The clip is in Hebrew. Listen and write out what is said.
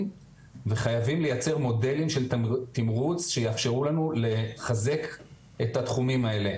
וחייבים לייצר מודלים של תמרוץ שיאפשרו לנו לחזק את התחומים האלה.